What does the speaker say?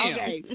Okay